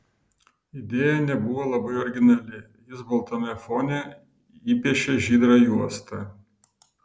idėja nebuvo labai originali jis baltame fone įpiešė žydrą juostą